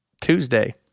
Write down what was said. Tuesday